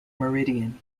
meridian